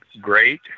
great